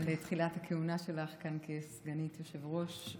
על תחילת הכהונה שלך כאן כסגנית יושב-ראש.